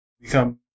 become